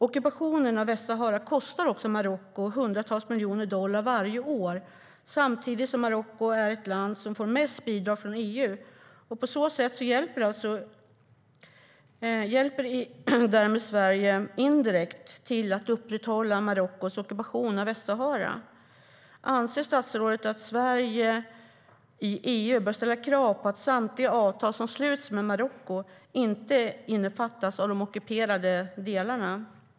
Ockupationen av Västsahara kostar Marocko hundratals miljoner dollar varje år, samtidigt som det är det land som får mest bidrag från EU. Därmed hjälper Sverige indirekt till att upprätthålla Marockos ockupation av Västsahara. Anser statsrådet att Sverige i EU bör ställa krav på att samtliga avtal som sluts med Marocko inte ska innefatta de ockuperade delarna?